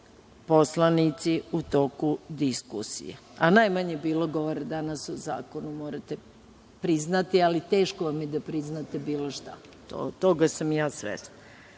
poslanici u toku diskusije, a najmanje je bilo govora danas o zakonu, morate priznati, ali teško vam je da priznate bilo šta. Toga sam i ja